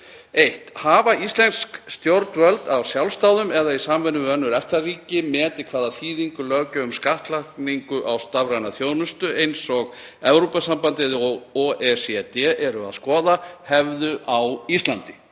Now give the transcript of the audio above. „1. Hafa íslensk stjórnvöld af sjálfsdáðum, eða í samvinnu við önnur EFTA-ríki, metið hvaða þýðingu löggjöf um skattlagningu á stafræna þjónustu, eins og Evrópusambandið og OECD eru að skoða, hefði á Íslandi?